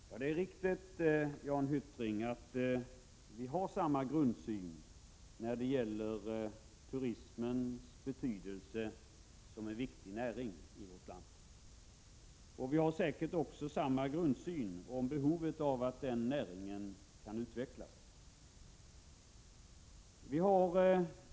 Herr talman! Det är riktigt, Jan Hyttring, att vi har samma grundsyn när det gäller turismens betydelse som en viktig näring i vårt land. Vi har säkert också samma syn på behovet av att den kan utvecklas.